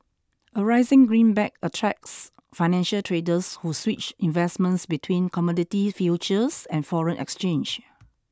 a rising greenback attracts financial traders who switch investments between commodity futures and foreign exchange